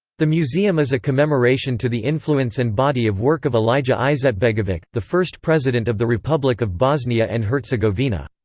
the museum is a commemoration to the influence and body of work of alija izetbegovic, the first president of the republic of bosnia and herzegovina.